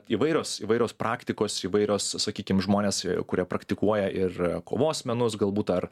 įvairios įvairios praktikos įvairios sakykim žmonės kurie praktikuoja ir kovos menus galbūt ar